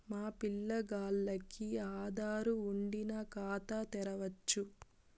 మా పిల్లగాల్లకి ఆదారు వుండిన ఖాతా తెరవచ్చు